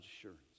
assurance